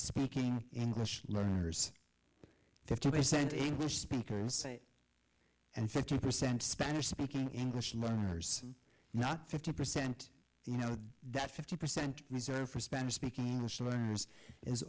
speaking english learners fifty percent english speakers say and fifty percent spanish speaking english learners not fifty percent you know that fifty percent reserved for spanish speaking english learners is